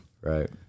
Right